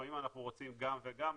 לפעמים אנחנו רוצים גם וגם,